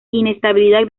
inestabilidad